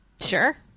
Sure